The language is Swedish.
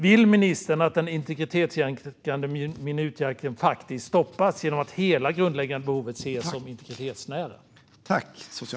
Vill ministern att den integritetskränkande minutjakten stoppas genom att hela det grundläggande behovet ses som integritetsnära?